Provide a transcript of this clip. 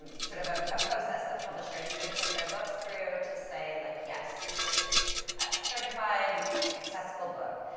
sort of, ah a process that publishers could put their books through to say like, yes, this is a certified accessible book.